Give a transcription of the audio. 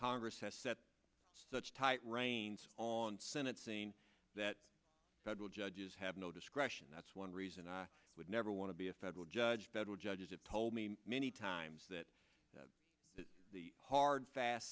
congress has set such tight reins on senate saying that federal judges have no discretion that's one reason i would never want to be a federal judge federal judges have told me many times that the hard fast